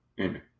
amen